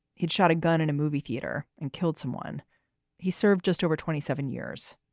he shot a gun in a movie theater and killed someone he served just over twenty seven years.